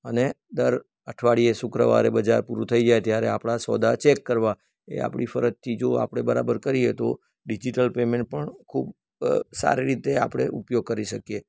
અને દર અઠવાડિયે શુક્રવારે બજાર પૂરું થઇ જાય ત્યારે આપણા સોદા ચેક કરવા એ આપણી ફરજથી જો આપણે બરાબર કરીએ તો ડિજિટલ પેમેન્ટ પણ ખૂબ સારી રીતે આપણે ઉપયોગ કરી શકીએ